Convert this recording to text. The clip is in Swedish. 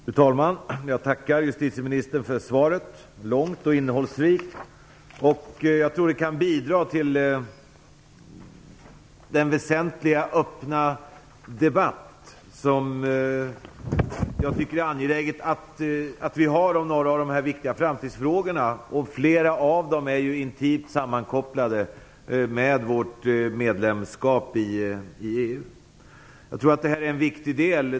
Fru talman! Jag tackar justitieministern för svaret som var långt och innehållsrikt. Jag tror att det kan bidra till den väsentliga, öppna debatt som det är angeläget att föra om några av dessa viktiga framtidsfrågor. Flera av dem är ju intimt sammankopplade med vårt medlemskap i EU.